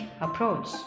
approach